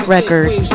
Records